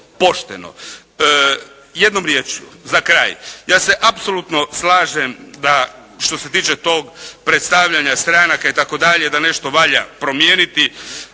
pošteno. Jednom riječju za kraj. Ja se apsolutno slažem da što se tiče tog predstavljanja stranaka itd. da nešto valja promijeniti.